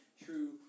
true